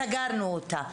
סגרנו אותה.